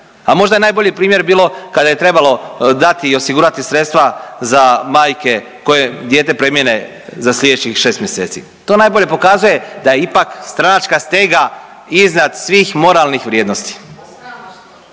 A možda je najbolji primjer bilo kada je trebalo dati i osigurati sredstva za majke kojoj dijete premine za slijedećih 6 mjeseci. To najbolje pokazuje da je ipak stranačka stega iznad svih moralnih vrijednosti…/Upadica